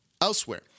elsewhere